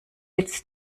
jetzt